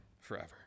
forever